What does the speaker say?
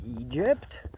Egypt